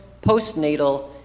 postnatal